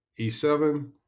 E7